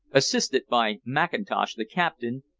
assisted by mackintosh, the captain,